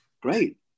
Great